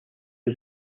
was